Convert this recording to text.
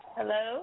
Hello